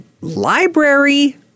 library